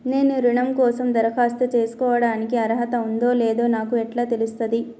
నేను రుణం కోసం దరఖాస్తు చేసుకోవడానికి అర్హత ఉందో లేదో నాకు ఎట్లా తెలుస్తది?